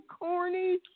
corny